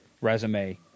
resume